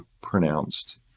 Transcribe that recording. pronounced